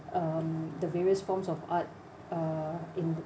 um the various forms of art uh in